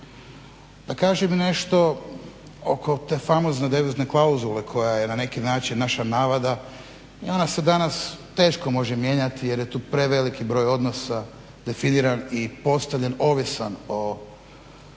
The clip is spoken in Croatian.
Da kažem nešto oko te famozne devizne klauzule koja je na neki način naša navada i ona se danas teško može mijenjati jer je tu preveliki broj odnosa definiran i postavljen, ovisan o